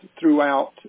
throughout